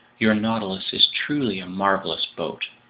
your nautilus is truly a marvelous boat!